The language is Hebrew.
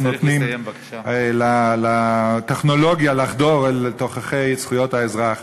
נותנים לטכנולוגיה לחדור לתוככי זכויות האזרח.